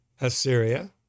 Assyria